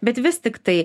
bet vis tiktai